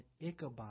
Ichabod